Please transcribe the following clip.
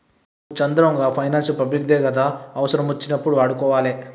ఒరే చంద్రం, గా finance public దే గదా, అవుసరమచ్చినప్పుడు వాడుకోవాలె